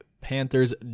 panthers